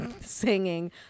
singing